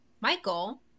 Michael